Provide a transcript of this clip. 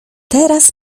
teraz